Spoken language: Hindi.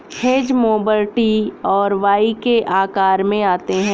हेज मोवर टी और वाई के आकार में आते हैं